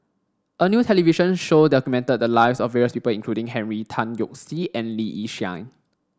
a new television show documented the lives of various people including Henry Tan Yoke See and Lee Yi Shyan